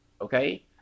okay